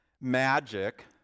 magic